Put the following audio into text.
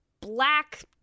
black